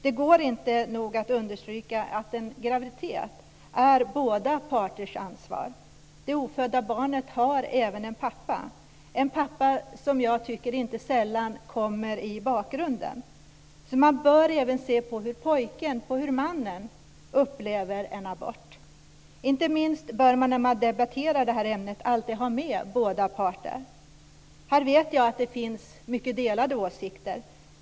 Det går inte nog att understryka att en graviditet är båda parters ansvar. Det ofödda barnet har även en pappa, som jag tycker inte sällan kommer i bakgrunden. Man bör även se på hur pojken, mannen upplever en abort. Inte minst bör man när man debatterar det här ämnet alltid ha med båda parter. Här vet jag att det finns mycket delade åsikter.